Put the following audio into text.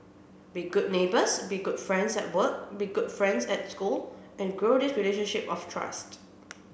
be good neighbours be good friends at work be good friends at school and grow this relationship of trust